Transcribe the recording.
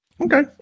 Okay